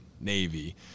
Navy